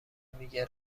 میگه